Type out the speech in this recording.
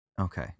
Okay